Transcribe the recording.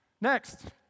Next